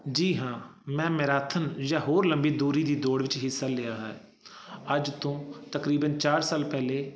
ਜੀ ਹਾਂ ਮੈਂ ਮੈਰਾਥਨ ਜਾਂ ਹੋਰ ਲੰਬੀ ਦੂਰੀ ਦੀ ਦੌੜ ਵਿੱਚ ਹਿੱਸਾ ਲਿਆ ਹੈ ਅੱਜ ਤੋਂ ਤਕਰੀਬਨ ਚਾਰ ਸਾਲ ਪਹਿਲੇ